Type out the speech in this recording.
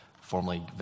formally